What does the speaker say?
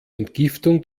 entgiftung